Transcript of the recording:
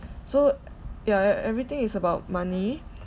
so ya ya everything is about money